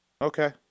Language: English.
Okay